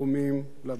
להביע צער,